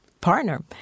partner